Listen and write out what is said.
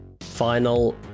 Final